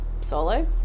solo